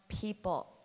people